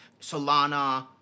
Solana